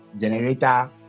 generator